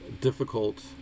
difficult